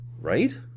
Right